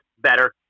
better